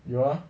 有 ah